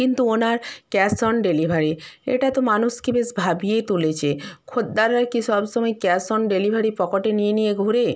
কিন্তু ওনার cash on delivery এটা তো মানুষকে বেশ ভাবিয়ে তুলেছে খোদ্দাররা কি সব সময় ক্যাশ অন ডেলিভারি পকেটে নিয়ে নিয়ে ঘোরে